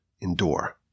endure